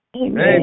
Amen